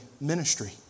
ministry